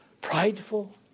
prideful